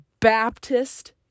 Baptist